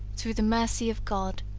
through the mercy of god,